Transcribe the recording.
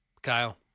Kyle